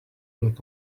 lack